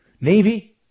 Navy